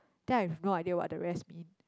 then I have no idea what the rest mean